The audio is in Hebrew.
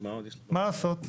מה לעשות?